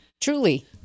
Truly